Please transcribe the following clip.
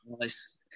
Nice